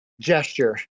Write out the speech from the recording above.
gesture